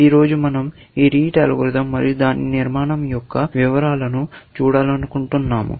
ఈ రోజు మనం ఈ రీటే అల్గోరిథం మరియు దాని నిర్మాణం యొక్క వివరాల ను చూడాలనుకుంటున్నాము